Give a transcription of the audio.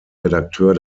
redakteur